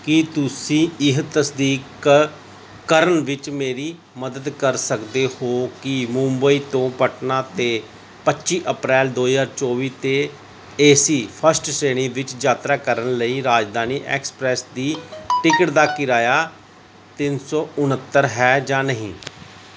ਕੀ ਤੁਸੀਂ ਇਹ ਤਸਦੀਕ ਕਰਨ ਵਿੱਚ ਮੇਰੀ ਮਦਦ ਕਰ ਸਕਦੇ ਹੋ ਕਿ ਮੁੰਬਈ ਤੋਂ ਪਟਨਾ ਤੇ ਪੱਚੀ ਅਪ੍ਰੈਲ ਦੋ ਹਜ਼ਾਰ ਚੌਵੀ ਤੇ ਏ ਸੀ ਫਸਟ ਸ਼੍ਰੇਣੀ ਵਿੱਚ ਯਾਤਰਾ ਕਰਨ ਲਈ ਰਾਜਧਾਨੀ ਐਕਸਪ੍ਰੈਸ ਦੀ ਟਿਕਟ ਦਾ ਕਿਰਾਇਆ ਤਿੰਨ ਸੌ ਉਣਹੱਤਰ ਹੈ ਜਾਂ ਨਹੀਂ